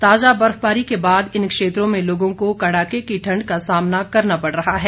ताजा बर्फबारी के बाद इन क्षेत्रों में लोगों को कड़ाके की ठंड का सामना करना पड़ रहा है